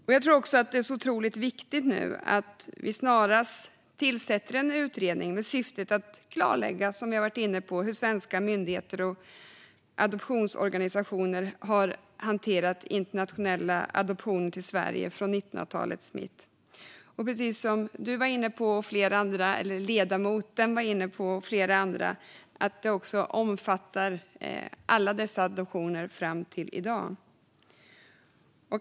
Det är så otroligt viktigt att vi snarast tillsätter en utredning med syftet att klarlägga hur svenska myndigheter och adoptionsorganisationer har hanterat internationella adoptioner till Sverige från 1900-talets mitt. Precis som ledamoten tog upp, och flera andra, ska utredningen omfatta alla dessa adoptioner fram till i dag.